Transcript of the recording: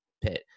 pit